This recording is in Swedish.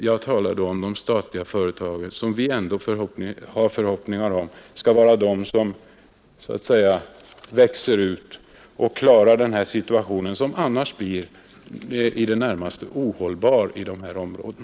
Då talar jag om de statliga företagen; vi har ändå förhoppningar om att de skall växa ut och klara situationen, som annars blir i det närmaste ohållbar i dessa områden.